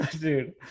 Dude